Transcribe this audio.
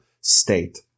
state